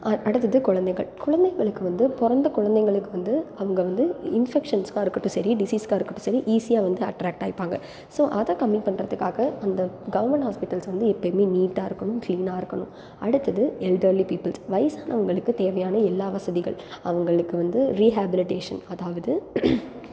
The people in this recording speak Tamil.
அடுத்தது குழந்தைகள் குழந்தைகளுக்கு வந்து பிறந்த குழந்தைகளுக்கு வந்து அவங்க வந்து இன்ஃபெக்க்ஷன்ஸ்க்கு இருக்கட்டும் சரி டிசீஸ்க்காக இருக்கட்டும் சரி ஈஸியாக வந்து அட்ராக்ட் ஆகிப்பாங்க ஸோ அதை கம்மி பண்றதுக்காக அந்த கவர்மெண்ட் ஹாஸ்பிட்டல்ஸ் வந்து எப்போயுமே வந்து நீட்டாக இருக்கணும் கிளீனாக இருக்கணும் அடுத்தது எல்டெர்லி பீப்பிள்ஸ் வயதானவங்களுக்கு தேவையான எல்லா வசதிகள் அவங்களுக்கு வந்து ரீஹேபிலிட்டேஷன் அதாவது